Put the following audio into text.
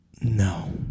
No